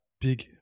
big